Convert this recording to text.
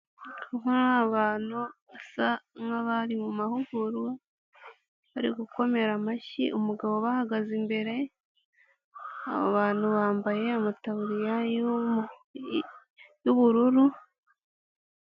Abantu basa nk'abari mu mahugurwa, bari gukomera amashyi umugabo ubahagaze imbere, abo bantu bambaye amataburiya y'ubururu...